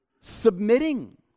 submitting